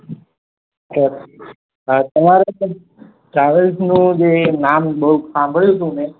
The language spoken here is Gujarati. અ તમારી સર ટ્રાવેલ્સનું જે નામ બહુ સાંભળ્યું હતું મેં